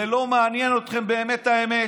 זה לא מעניין אתכם באמת, האמת.